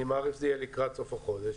אני מעריך שזה יהיה לקראת סוף החודש,